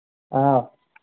ꯑꯧ